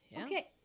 Okay